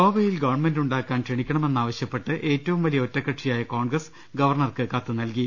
ഗോവയിൽ ഗവൺമെന്റ് ഉണ്ടാക്കാൻ ക്ഷണിക്കണമെന്ന് ആവ ശ്യപ്പെട്ട് ഏറ്റവും വലിയ ഒറ്റകക്ഷിയായ കോൺഗ്രസ് ഗവർണർക്ക് കത്ത് നൽകി